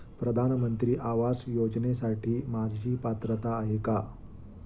प्रधानमंत्री आवास योजनेसाठी माझी पात्रता आहे का?